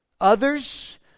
others